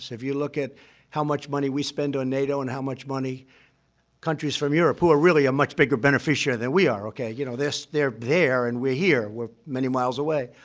if you look at how much money we spent on nato and how much money countries from europe who are really a much bigger beneficiary that we are, okay? you know, they're there and we're here. we're many miles away.